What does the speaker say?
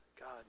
God